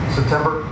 September